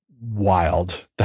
wild